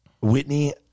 Whitney